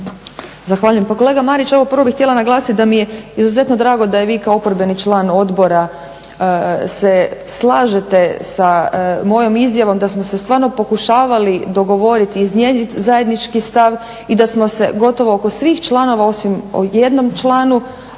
Zahvaljujem. Pa kolega Marić ovo prvi bih htjela naglasiti da mi je izuzetno drago da i vi kao oporbeni član odbora se slažete sa mojom izjavom da smo se stvarno pokušavali dogovoriti, iznjedriti zajednički stav i da smo se gotovo oko svih članova osim u jednom članu